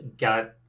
got